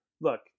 Look